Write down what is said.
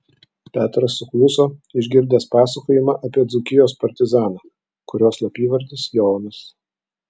petras sukluso išgirdęs pasakojimą apie dzūkijos partizaną kurio slapyvardis jonas